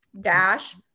dash